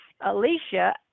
Alicia